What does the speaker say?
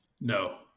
no